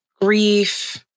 grief